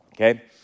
Okay